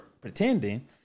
pretending